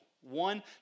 One